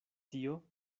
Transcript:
tio